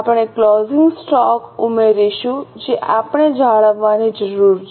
આપણે closing stock ઉમેરીશું જે આપણે જાળવવાની જરૂર છે